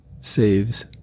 saves